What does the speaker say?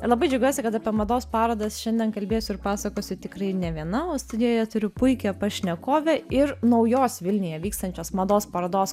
labai džiaugiuosi kad apie mados parodas šiandien kalbėsiu ir pasakosiu tikrai ne viena o studijoje turiu puikią pašnekovę ir naujos vilniuje vykstančios mados parodos